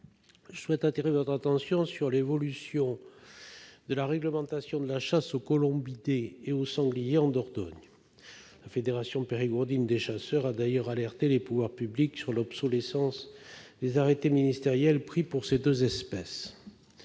je souhaite appeler votre attention sur l'évolution de la réglementation de la chasse aux colombidés et au sanglier en Dordogne. La fédération périgourdine des chasseurs a alerté les pouvoirs publics sur l'obsolescence des arrêtés ministériels pris pour ces deux espèces.